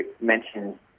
mentioned